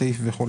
לסעיף וכו'.